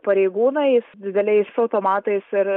pareigūnai su dideliais automatais ir